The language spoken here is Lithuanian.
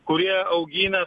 kurie augina